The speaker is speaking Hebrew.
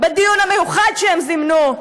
בדיון המיוחד שהם זימנו,